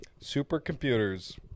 Supercomputers